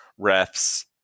refs